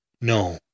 No